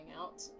out